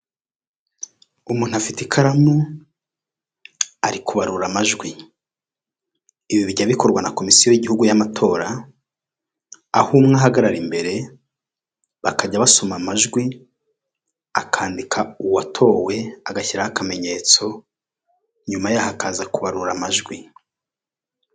Umuntu afite ikaramu ari kubarura amajwi, ibi bijya bikorwa na komisiyo y'igihugu y'amatora aho umwe ahagarara imbere bakajya basoma amajwi akandika uwatowe agashyiraho akamenyetso nyuma yaho akaza kubarura amajwi.